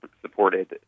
supported